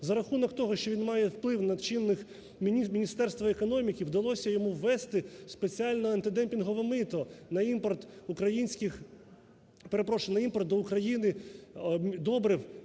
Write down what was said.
За рахунок того, що він має вплив на чинне Міністерство економіки, вдалося йому ввести спеціальне антидемпінгове мито на імпорт українських,